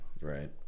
right